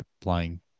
playing